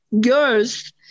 girls